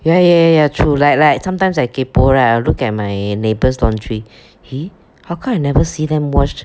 ya ya ya ya true like like sometimes I kaypoh right I'll look at my neighbour's dormitory eh how come I never see them wash